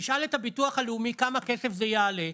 תשאל את הביטוח הלאומי כמה כסף זה יעלה.